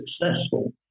successful